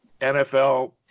NFL